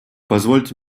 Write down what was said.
позвольте